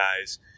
guys